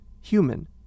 human